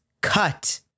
cut